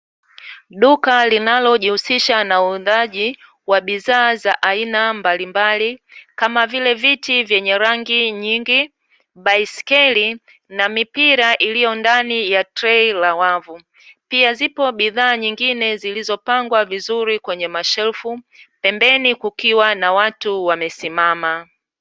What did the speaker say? Duka linalojihusisha na uundaji wa bidhaa za aina mbalimbali kama vile viti vyenye rangi nyingi, baiskeli na mipira iliyo ndani ya trei la wavu. Pia zipo bidhaa nyingine zilizo pangwa vizuri kwenye mashelfu, pembeni kukiwa na watu wamesimama.